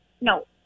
No